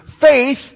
faith